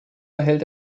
erhält